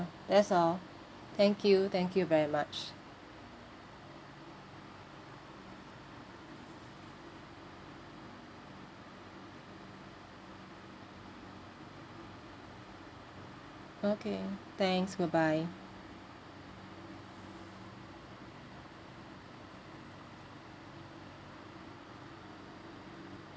that's all thank you thank you very much okay thanks bye bye